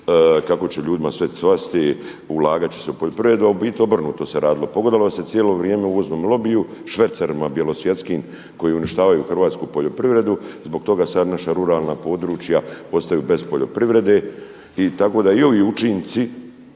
kako će ljudima sve cvasti, ulagat će se u poljoprivredu, a u biti obrnuto se radilo. Pogodovalo se cijelo vrijeme uvoznom lobiju, švercerima bjelosvjetskim koji uništavaju hrvatsku poljoprivredu. Zbog toga sad naša ruralna područja ostaju bez poljoprivrede, tako da i ovi učinci